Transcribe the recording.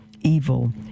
evil